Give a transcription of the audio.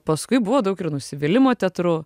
paskui buvo daug ir nusivylimo teatru